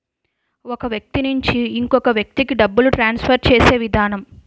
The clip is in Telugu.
ఒక వ్యక్తి నుంచి ఇంకొక వ్యక్తికి డబ్బులు ట్రాన్స్ఫర్ చేసే విధానం